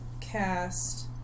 cast